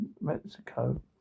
Mexico